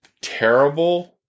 terrible